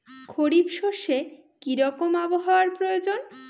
খরিফ শস্যে কি রকম আবহাওয়ার?